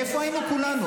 איפה היינו כולנו?